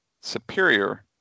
superior